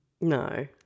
No